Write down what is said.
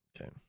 Okay